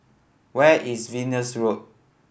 where is Venus Road